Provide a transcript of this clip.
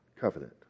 covenant